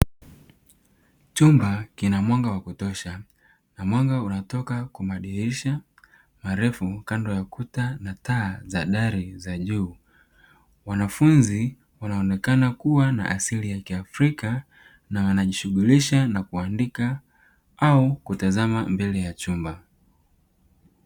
Chumba kina mwanga wa kutosha, ukiotokana na madirisha marefu kando ya kuta na taa za juu za gari; wanafunzi wanaonekana kuwa na asili ya Afrika, wakijishughulisha na kuandika au kutazama mbele ya chumba.